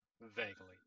Vaguely